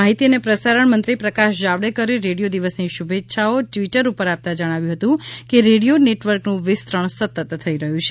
માહિતી અને પ્રસારણ મંત્રી પ્રકાશ જાવડેકરે રેડિયો દિવસની શુભેચ્છાઓ ટવીટર ઉપર આપતા જણાવ્યું હતું કે રેડિયો નેટવર્કનું વિસ્તરણ સતત થઇ રહ્યું છે